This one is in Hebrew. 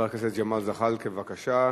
חבר הכנסת ג'מאל זחאלקה, בבקשה.